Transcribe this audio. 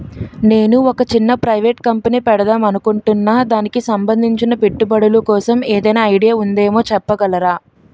నేను ఒక చిన్న ప్రైవేట్ కంపెనీ పెడదాం అనుకుంటున్నా దానికి సంబందించిన పెట్టుబడులు కోసం ఏదైనా ఐడియా ఉందేమో చెప్పగలరా?